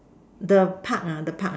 the Park ah the Park ah